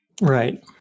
right